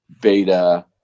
beta